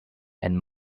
and